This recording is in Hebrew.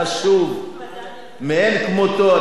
חשוב מאין כמותו,